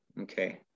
okay